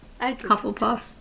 Hufflepuff